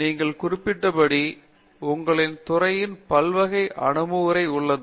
எனவே நீங்கள் குறிப்பிட்டபடி உங்கள் துறையின் பல்வகை அணுகுமுறை உள்ளது